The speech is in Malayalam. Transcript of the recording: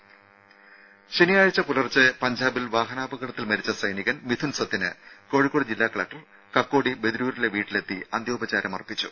രുഭ ശനിയാഴ്ച പുലർച്ചെ പഞ്ചാബിൽ വാഹനാപകടത്തിൽ മരിച്ച സൈനികൻ മിഥുൻ സത്യന് കോഴിക്കോട് ജില്ലാ കലക്ടർ കക്കോടി ബദിരൂരിലെ വീട്ടിലെത്തി അന്ത്യോപചാരം അർപ്പിച്ചു